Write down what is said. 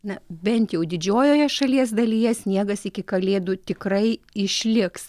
na bent jau didžiojoje šalies dalyje sniegas iki kalėdų tikrai išliks